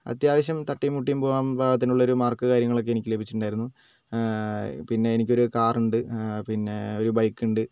അത്യാവശ്യം തട്ടിം മുട്ടീം പോവാൻ പാകത്തിനുള്ളൊരു മാർക്ക് കാര്യങ്ങളൊക്കെ എനിക്ക് ലഭിച്ചിട്ടുണ്ടായിരുന്നു പിന്നെ എനിക്കൊരു കാറുണ്ട് പിന്നെ ഒരു ബൈക്കുണ്ട്